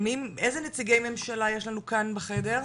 איזה נציגי ממשלה יש לנו כאן בחדר?